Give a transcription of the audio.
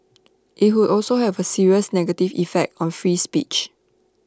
IT would also have A serious negative effect on free speech